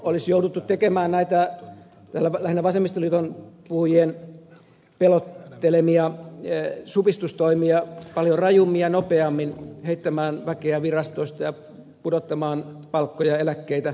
olisi jouduttu tekemään näitä lähinnä vasemmistoliiton puhujien pelottelemia supistustoimia paljon rajummin ja nopeammin heittämään väkeä virastoista ja pudottamaan palkkoja ja eläkkeitä